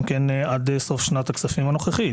עד סוף שנת הכספים הנוכחית.